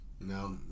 No